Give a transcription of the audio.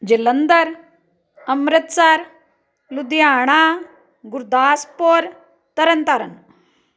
Jalandhar Amritsar Ludhiana Gurdaspur Tarn Taran